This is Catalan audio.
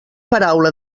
paraula